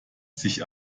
sich